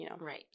Right